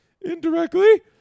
Indirectly